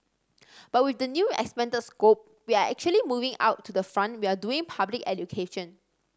but with the new expanded scope we are actually moving out to the front we are doing public education